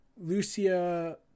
Lucia